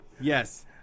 Yes